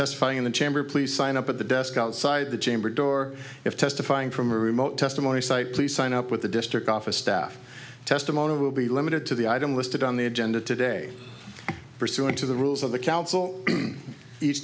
testifying in the chamber please sign up at the desk outside the chamber door if testifying from remote testimony site please sign up with the district office staff testimony will be limited to the item listed on the agenda today pursuant to the rules of the coun